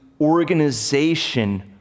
organization